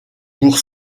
pour